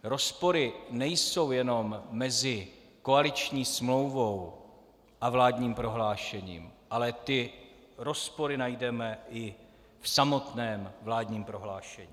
Rozpory nejsou jenom mezi koaliční smlouvou a vládním prohlášením, ale rozpory najdeme i v samotném vládním prohlášení.